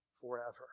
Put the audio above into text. forever